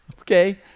Okay